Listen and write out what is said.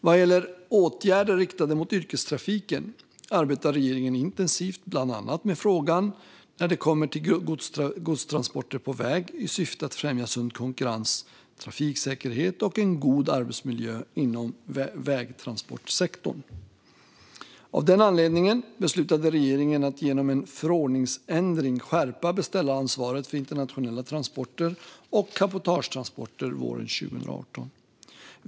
Vad gäller åtgärder riktade mot yrkestrafiken arbetar regeringen intensivt bland annat med frågan när det kommer till godstransporter på väg i syfte att främja sund konkurrens, trafiksäkerhet och en god arbetsmiljö inom vägtransportsektorn. Av den anledningen beslutade regeringen att genom en förordningsändring skärpa beställaransvaret för internationella transporter och cabotagetransporter våren 2018.